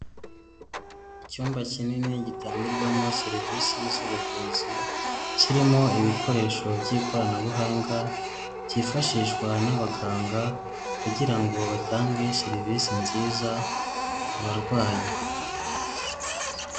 Icyumba kinini gitangirwamo serivisi y'iz'uvuzi, kirimo ibikoresho by'ikoranabuhanga, byifashishwa n'abaganga kugira ngo batange serivisi nziza ku barwayi.